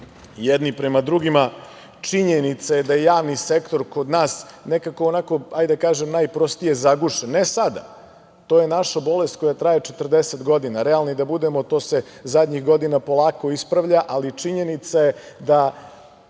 jedni prema drugima, činjenica je da javni sektor kod nas nekako, hajde da kažem najprostije, zagušen. Ne sada, to je naša bolest koja traje 40 godina. Realni da budemo, to se zadnjih godina polako ispravlja, ali činjenica je da,